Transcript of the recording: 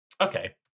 Okay